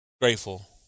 grateful